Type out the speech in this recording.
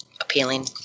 appealing